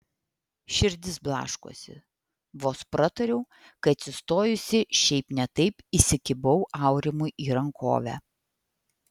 širdis blaškosi vos pratariau kai atsistojusi šiaip ne taip įsikibau aurimui į rankovę